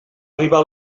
arribar